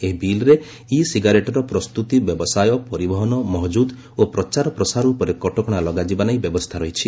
ଏହି ବିଲ୍ରେ ଇ ସିଗାରେଟ୍ର ପ୍ରସ୍ତତି ବ୍ୟବସାୟ ପରିବହନ ମହକ୍ରଦ ଓ ପ୍ରଚାର ପ୍ରସାର ଉପରେ କଟକଣା ଲଗାଯିବା ନେଇ ବ୍ୟବସ୍ଥା ରହିଛି